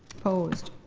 opposed?